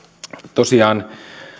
tosiaan